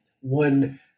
one